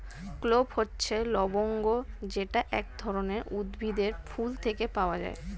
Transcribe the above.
clove হচ্ছে লবঙ্গ যেটা এক ধরনের উদ্ভিদের ফুল থেকে পাওয়া